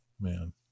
Man